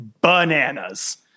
bananas